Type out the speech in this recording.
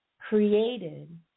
created